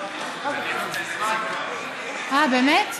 אה, באמת?